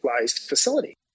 facility